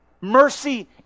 mercy